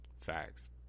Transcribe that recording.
Facts